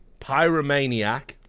Pyromaniac